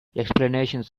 explanations